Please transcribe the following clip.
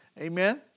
Amen